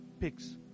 pigs